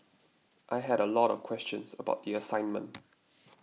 I had a lot of questions about the assignment